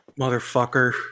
motherfucker